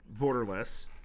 borderless